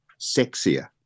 sexier